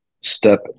step